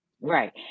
Right